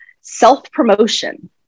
self-promotion